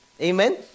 Amen